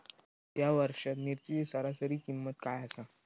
या वर्षात मिरचीची सरासरी किंमत काय आसा?